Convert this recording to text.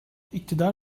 i̇ktidar